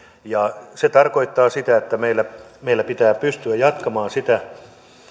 se tarkoittaa sitä että meillä meillä pitää pystyä jatkamaan sitä